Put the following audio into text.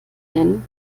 nennen